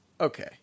okay